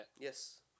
Yes